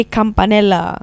Campanella